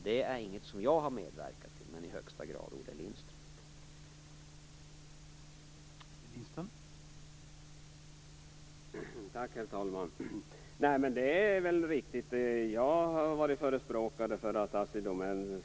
Det är inget som jag har medverkat till, men det har Olle Lindström i allra högsta grad gjort.